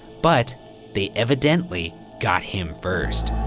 but they evidently got him first.